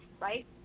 right